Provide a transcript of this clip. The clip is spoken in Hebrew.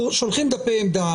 שולחים דפי עמדה,